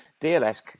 DLS